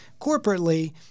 corporately